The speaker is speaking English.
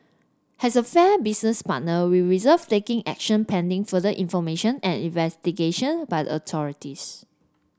has a fair business partner we reserved taking action pending further information and investigation by the authorities